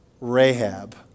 Rahab